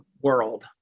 world